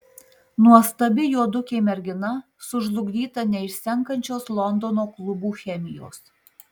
nuostabi juodukė mergina sužlugdyta neišsenkančios londono klubų chemijos